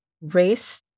Race